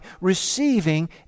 receiving